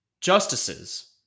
justices